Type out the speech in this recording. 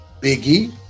Biggie